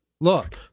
look